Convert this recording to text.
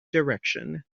direction